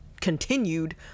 continued